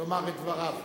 לומר את דבריו.